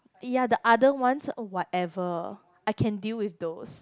ya the other ones oh whatever I can deal with those